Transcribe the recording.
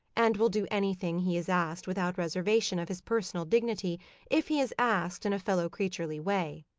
and will do anything he is asked without reservation of his personal dignity if he is asked in a fellow-creaturely way.